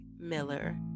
Miller